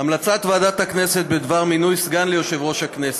המלצת ועדת הכנסת בדבר מינוי סגן ליושב-ראש הכנסת: